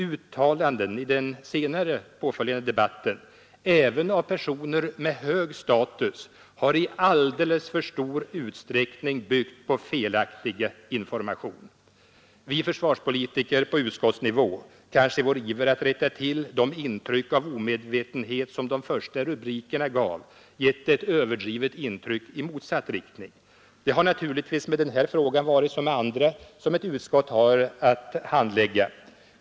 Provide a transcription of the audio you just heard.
Uttalanden i den påföljande debatten, även av personer med hög status, har i alldeles för stor utsträckning byggt på felaktig information. Vi försvarspolitiker på utskottsnivå har kanske i vår iver att rätta till de intryck av omedvetenhet som de första rubrikerna förmedlade gett ett överdrivet intryck i motsatt riktning. Det har naturligtvis med denna fråga varit som med andra som ett utskott har att handlägga.